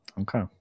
Okay